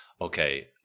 okay